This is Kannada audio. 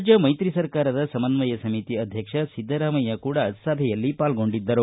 ರಾಜ್ಯ ಮೈತ್ರಿ ಸರ್ಕಾರದ ಸಮನ್ವಯ ಸಮಿತಿ ಅಧ್ಯಕ್ಷ ಸಿದ್ದರಾಮಯ್ಯ ಕೂಡಾ ಸಭೆಯಲ್ಲಿ ಪಾಲ್ಗೊಂಡಿದ್ದರು